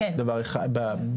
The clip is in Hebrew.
דבר אחד,